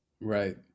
Right